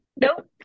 Nope